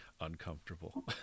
uncomfortable